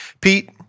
Pete